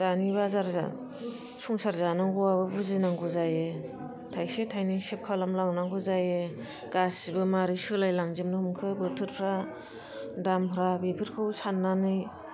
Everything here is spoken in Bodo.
दानि बाजारजों संसार जानांगौआबो बुजिनांगौ जायो थाइसे थायनै सेब खालामलांनांगौ जायो गासिबो मारै सोलाय लांजोबो हमखो बोथोरफ्रा दामफ्रा बेफोरखौ साननानै